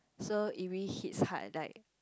so if we hit hard like